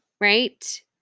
right